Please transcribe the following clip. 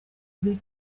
kuri